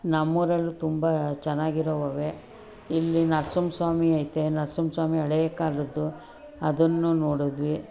ನಮ್ಮೂರಲ್ಲೂ ತುಂಬ ಚೆನ್ನಾಗಿರುವವೇ ಇಲ್ಲಿ ನರ್ಸಿಂಹ ಸ್ವಾಮಿ ಐತೆ ನರ್ಸಿಂಹ ಸ್ವಾಮಿ ಹಳೆ ಕಾಲದ್ದು ಅದನ್ನು ನೋಡಿದ್ವಿ